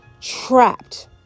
trapped